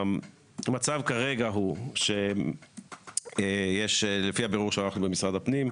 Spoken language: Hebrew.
המצב כרגע הוא שיש לפי הבירור שערכנו במשרד הפנים,